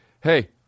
hey